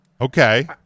Okay